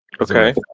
Okay